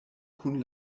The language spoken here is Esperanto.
kun